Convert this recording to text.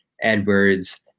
Edwards